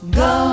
go